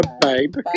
babe